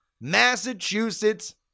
Massachusetts